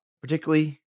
particularly